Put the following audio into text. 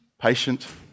patient